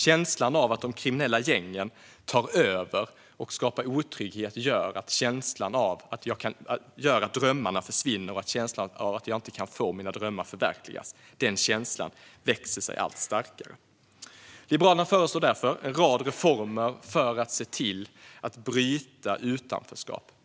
Känslan av att de kriminella gängen tar över och skapar otrygghet gör att känslan växer sig allt starkare att man inte kan få sina drömmar förverkligade. Liberalerna föreslår därför en rad reformer för att se till att bryta utanförskapet.